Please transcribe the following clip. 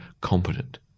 competent